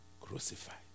crucified